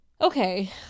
Okay